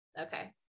Okay